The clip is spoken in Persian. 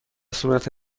صورت